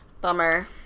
Bummer